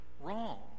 wrong